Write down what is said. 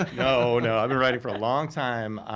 no, no, i've been writing for a long time.